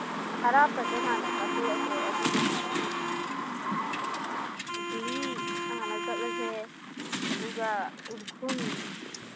ꯑꯔꯥꯞꯄꯁꯦ ꯍꯥꯟꯅ ꯆꯠꯊꯣꯛꯑꯁꯦ ꯑꯗꯨꯅ ꯐꯔꯅꯤ ꯖꯤꯔꯤ ꯍꯥꯟꯅ ꯆꯠꯂꯁꯦ ꯑꯗꯨꯒ ꯎꯔꯈꯨꯜ